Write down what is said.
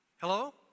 Hello